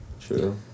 True